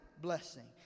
blessing